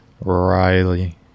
riley